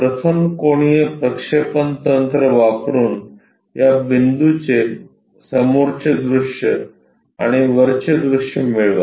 प्रथम कोनीय प्रक्षेपण तंत्र वापरून या बिंदूचे समोरचे दृश्य आणि वरचे दृश्य मिळवा